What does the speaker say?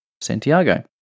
Santiago